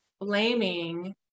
blaming